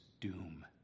doom